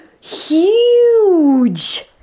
huge